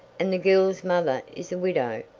and the girl's mother is a widow,